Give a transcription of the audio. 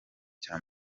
cya